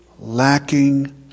lacking